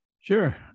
Sure